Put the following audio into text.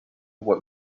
what